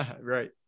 Right